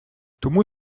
тому